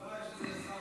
אין שר.